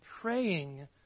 praying